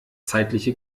zeitliche